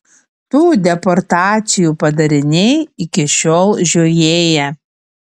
tų deportacijų padariniai iki šiol žiojėja